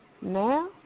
Now